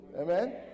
Amen